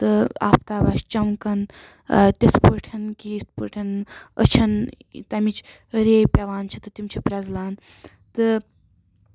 آفتاب آسہ چمکان تِتھ پٲٹھۍکہِ یِتھ پٲٹھۍ أچھن تَمِچ رے پیٚوان چھِ تہٕ تِم چھِ پریٚزلان تہٕ